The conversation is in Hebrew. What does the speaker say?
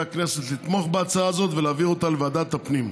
הכנסת לתמוך בהצעה הזאת ולהעביר אותה לוועדת הפנים.